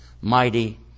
mighty